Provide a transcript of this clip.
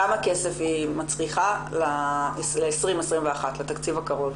כמה כסף היא מצריכה ל-2021, לתקציב הקרוב?